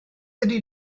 ydy